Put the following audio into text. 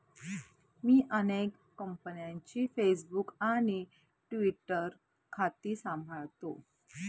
मी अनेक कंपन्यांची फेसबुक आणि ट्विटर खाती सांभाळतो